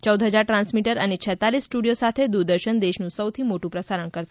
ચૌદ હજાર ટ્રાન્સમીટર અને છેતાલીસ સ્ટુડિયો સાથે દુરદર્શન દેશનું સૌથી મોટું પ્રસારણ કર્તા છે